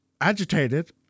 agitated